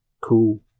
Cool